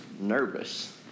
nervous